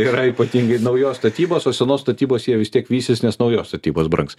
yra ypatingai naujos statybos o senos statybos jie vis tiek vysis nes naujos statybos brangs